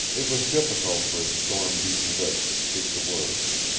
it was difficult for his storm-beaten lips to speak the words.